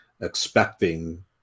expecting